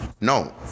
No